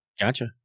Gotcha